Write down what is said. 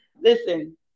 Listen